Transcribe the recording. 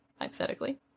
hypothetically